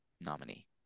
nominee